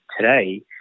today